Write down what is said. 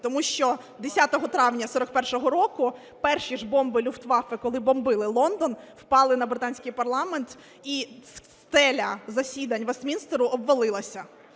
тому що 10 травня 1941 року перші ж бомби Люфтваффе, коли бомбили Лондон, впали на британський парламент і стеля зали засідань Вестмінстеру обвалилася,